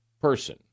person